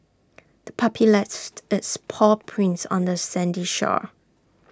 the puppy lefts its paw prints on the sandy shore